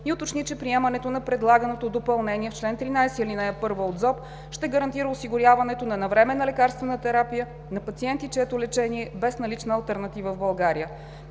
и уточни, че приемането на предлаганото допълнение в чл. 13, ал. 1 от ЗОП ще гарантира осигуряването на навременна лекарствена терапия на пациенти, чието лечение е без налична алтернатива в България.